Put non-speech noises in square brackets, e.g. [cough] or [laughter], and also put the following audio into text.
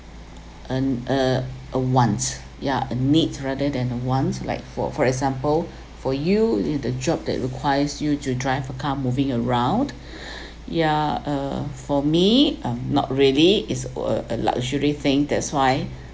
and uh a wants yeah a need rather than wants like for for example [breath] for you is the job that requires you to drive a car moving around [breath] ya uh for me I'm not really it's uh a luxury thing that's why